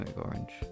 orange